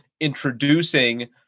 introducing